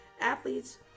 Athletes